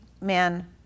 men